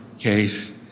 case